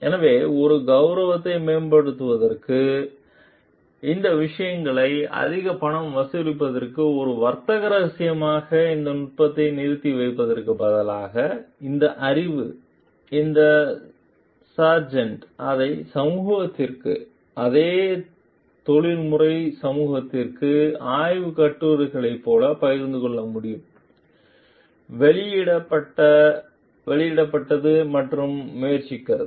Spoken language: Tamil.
எனவே ஒரு கவுரவத்தை மேம்படுத்துவதற்கும் இந்த விஷயங்களுக்கு அதிக பணம் வசூலிப்பதற்கும் ஒரு வர்த்தக ரகசியமாக இந்த நுட்பத்தை நிறுத்தி வைப்பதற்குப் பதிலாக இந்த அறிவு இந்த சார்ஜென்ட் அதை சமூகத்திற்கு அதே தொழில்முறை சமூகத்திற்கு ஆய்வுக் கட்டுரைகளைப் போல பகிர்ந்து கொள்ள முடியும் வெளியிடப்பட்டது மற்றும் முயற்சிக்கிறது